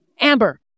Amber